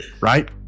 right